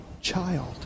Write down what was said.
child